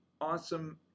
awesome